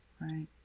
Right